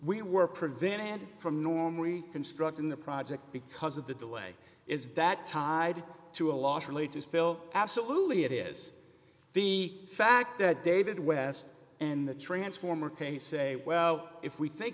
we were prevented from normally constructing the project because of the delay is that tied to a loss related spill absolutely it is the fact that david west in the transformer case say well if we think